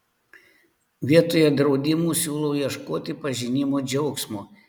vietoje draudimų siūlau ieškoti pažinimo džiaugsmo